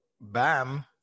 Bam